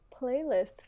playlist